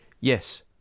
Yes